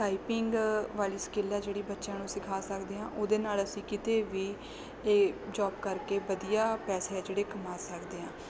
typing ਵਾਲੀ skill ਆ ਜਿਹੜੀ ਬੱਚਿਆਂ ਨੂੰ ਸਿਖਾ ਸਕਦੇ ਹਾਂ ਉਹਦੇ ਨਾਲ ਅਸੀਂ ਕਿਤੇ ਵੀ ਇਹ ਜੋਬ ਕਰਕੇ ਵਧੀਆ ਪੈਸੇ ਆ ਜਿਹੜੇ ਕਮਾ ਸਕਦੇ ਹਾਂ